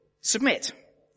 submit